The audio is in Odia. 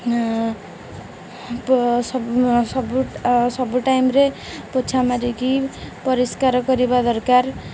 ସବୁ ସବୁ ଟାଇମ୍ରେ ପୋଛା ମାରିକି ପରିଷ୍କାର କରିବା ଦରକାର